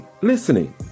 listening